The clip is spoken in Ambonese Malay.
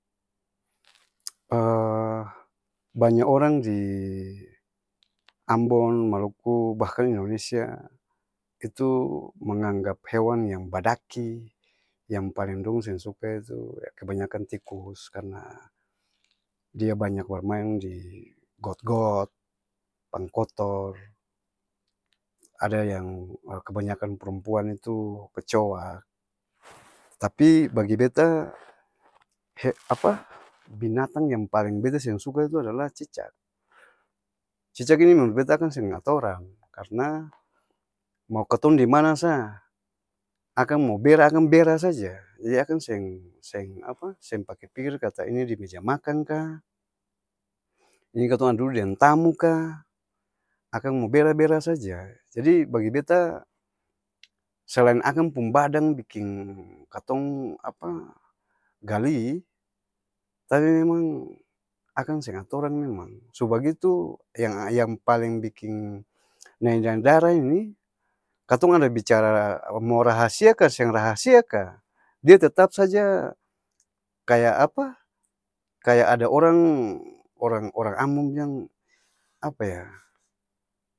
banya orang di ambon, maluku, bahkan di indonesia itu menganggap hewan yang badaki, yang paleng dong seng suka itu kebanyakan tikus, karna, dia banyak bermain di got-got, pangkotor ada yang kebanyakan perempuan itu kecoak, tapi bagi beta binatang yang paleng beta seng suka itu adalah cicak, cicak ini menurut beta akang seng atorang, karna mau katong dimana sa, akang mo bera akang bera saja lia akang seng, seng apa? Seng pake pikir kata ini di meja makang kaa, ini katong ada dudu deng tamu kaa, akang mo bera, bera saja! Jadi bagi beta, selain akang pung badang biking katong apa? Gali, tapi memang akang seng atorang memang, su bagitu, yang yang-paleng biking nae-nae dara ini, katong ada bicara mau rahasia ka seng rahasia ka, dia tetap saja kaya apa? kaya ada orang orang-orang ambon b'ang apa ya?.